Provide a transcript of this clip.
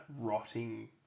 rotting